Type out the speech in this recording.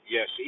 Yes